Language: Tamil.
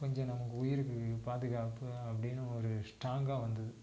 கொஞ்சம் நமக்கு உயிருக்குப் பாதுகாப்பு அப்படின்னு ஒரு ஸ்ட்ராங்காக வந்தது